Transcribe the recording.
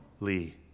Lee